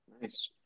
nice